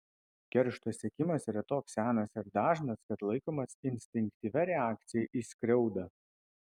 keršto siekimas yra toks senas ir dažnas kad laikomas instinktyvia reakcija į skriaudą